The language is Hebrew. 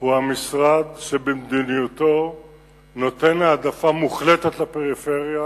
הוא משרד שבמדיניותו נותן העדפה מוחלטת לפריפריה,